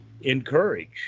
encourage